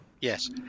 yes